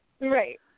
Right